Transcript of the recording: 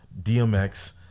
dmx